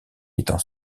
étant